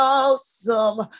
awesome